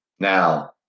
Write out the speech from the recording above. Now